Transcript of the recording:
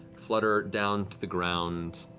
flutter down to the ground.